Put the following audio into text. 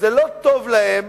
וזה לא טוב להם